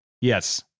Yes